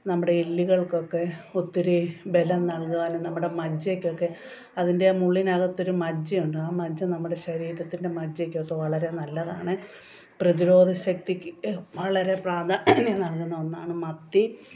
നമ്മുടെ എല്ലുകൾക്കൊക്കെ ഒത്തിരി ബലം നൽകാനും നമ്മുടെ മജ്ജയ്ക്കൊക്കെ അതിൻ്റെ മുള്ളിനകത്തൊരു മജ്ജയുണ്ട് ആ മജ്ജ നമ്മുടെ ശരീരത്തിന്റെ മജ്ജയ്ക്കൊക്കെ വളരെ നല്ലതാണ് പ്രതിരോധശക്തിക്ക് വളരെ പ്രാധാന്യം നൽകുന്ന ഒന്നാണ് മത്തി